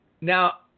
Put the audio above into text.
Now